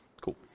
Cool